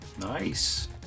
Nice